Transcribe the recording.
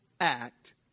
act